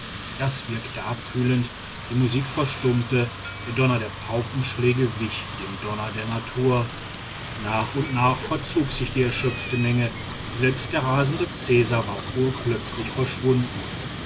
das wirkte abkühlend die musik verstummte der donner der paukenschläge wich dem donner der natur nach und nach verzog sich die erschöpfte menge selbst der rasende cäsar war urplötzlich verschwunden